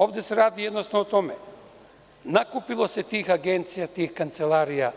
Ovde se radi jednostavno o tome, nakupilo se tih agencija, tih kancelarija